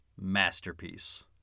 masterpiece